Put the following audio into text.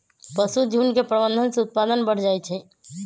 पशुझुण्ड के प्रबंधन से उत्पादन बढ़ जाइ छइ